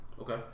Okay